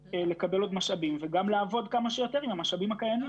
רק מי שיש לו את זה ויש לא מעט כאלה --- כן,